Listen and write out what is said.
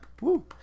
Woo